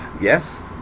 Yes